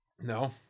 No